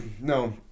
no